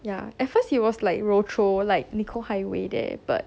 ya at first he was like rochor like nicoll highway there but